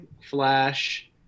Flash